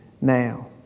now